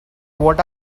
what